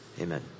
amen